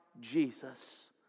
Jesus